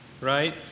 right